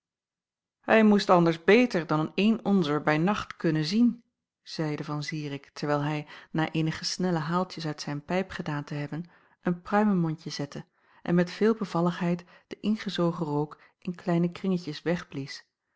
hij moest anders beter dan een onzer bij nacht kunnen zien zeide van zirik terwijl hij na eenige snelle haaltjes uit zijn pijp gedaan te hebben een pruimemondje zette en met veel bevalligheid den ingezogen rook in kleine kringetjens